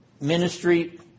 ministry